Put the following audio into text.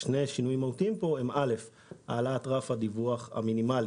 יש פה שני שינויים מהותיים: העלאת רך הדיווח המינימלי